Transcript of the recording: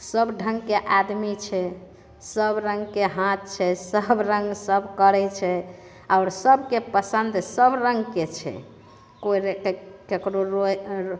सब ढङ्ग के आदमी छै सब रङ्गके हाँथ छै सब रङ्ग सब करै छै आओर सबके पसन्द सब रङ्गके छै केओ लै छै केकरो रोइ